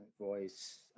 voice